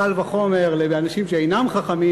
קל וחומר לגבי אנשים שאינם חכמים.